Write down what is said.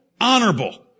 honorable